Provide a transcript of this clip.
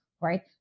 right